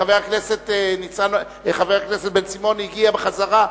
חבר הכנסת בן-סימון הגיע בחזרה,